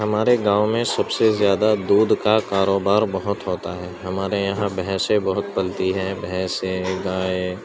ہمارے گاؤں میں سب سے زیادہ دودھ کا کاروبار بہت ہوتا ہے ہمارے یہاں بھینسیں بہت پلتی ہیں بھینسیں گائیں